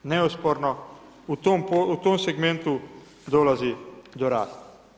Neosporno u tom segmentu dolazi do rasta.